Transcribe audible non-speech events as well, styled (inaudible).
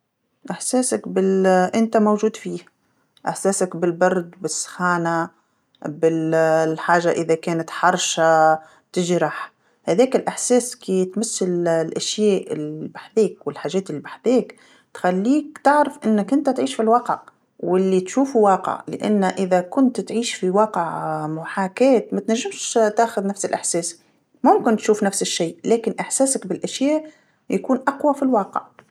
إحساسك بال- أنت موجود فيه، إحساسك بالبرد بالسخانه، بال- الحاجه إذا كانت حرشه تجرح، هذاك الإحساس كي تمس ال- الأشياء اللي بحذاك والحاجات اللي بحذاك تخليك تعرف أنك أنت تعيش في الواقع واللي تشوفو واقع، لأن إذا كنت تعيش في واقع (hesitation) محاكاة ماتنجمش تاخذ نفس الإحساس ممكن تشوف نفس الشي لكن إحساسك بالأشياء يكون أقوى في الواقع.